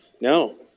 No